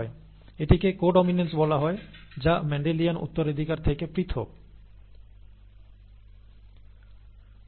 এই বিষয়টিকে codominance বলে যা আবার ম্যান্ডেলিয়ান ইনহেরিটেন্স থেকে আলাদা